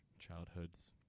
childhoods